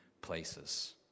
places